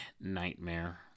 nightmare